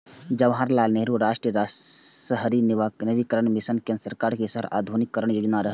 जवाहरलाल नेहरू राष्ट्रीय शहरी नवीकरण मिशन केंद्र सरकार के शहर आधुनिकीकरण योजना रहै